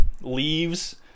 leaves